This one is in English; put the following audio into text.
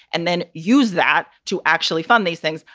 and then use that to actually fund these things.